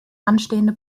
anstehende